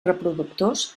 reproductors